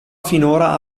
finora